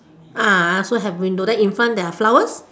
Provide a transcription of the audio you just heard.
uh I also have window then in front there are flowers